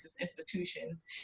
institutions